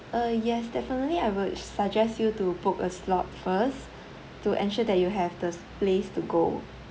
uh yes definitely I would suggest you to book a slot first to ensure that you have the s~ place to go